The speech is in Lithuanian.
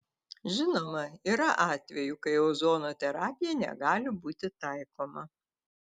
žinoma yra atvejų kai ozono terapija negali būti taikoma